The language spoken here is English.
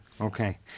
okay